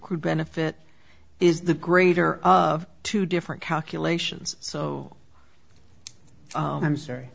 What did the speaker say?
accrued benefit is the greater of two different calculations so i'm sorry